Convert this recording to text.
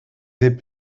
des